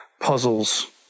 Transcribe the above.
puzzles